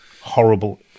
horrible